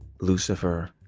Lucifer